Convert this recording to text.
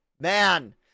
man